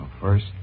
first